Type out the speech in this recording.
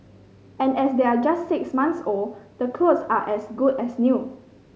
and as they're just six months old the clothes are as good as new